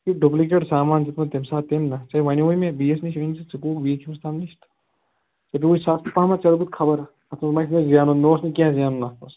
یہِ چھُ ڈُبلِکیٹ سامان دیُتمُت تَمہِ ساتہٕ تٔمۍ نا ژیےٚ ونیٛومے بیٚیِس نِش أنۍزِ ژٕ گووَکھ بیٚیہِ کٔمِس تام نِش ژےٚ پیٛووُے سَستہٕ پہم ژےٚ دوٚپُتھ خَبر اتھ منٛز ما آسہِ مےٚ زینُن کیٚنٛہہ مےٚ اوس نہٕ کیٚنٛہہ زینُن اتھ منٛز